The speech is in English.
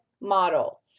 model